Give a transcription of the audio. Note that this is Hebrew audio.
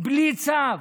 בלי צו,